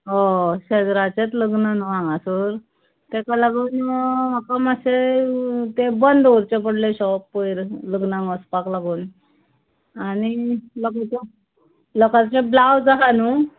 हय शेज्राचेंत लग्न न्हय हांगासर तेका लागून म्हाका माश्शें तें बंद दवरचें पडलें शॉप पयर लग्नांग वसपाक लागून आनी लोकांचे ब्लावज आसा न्हय